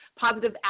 positive